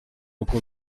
uko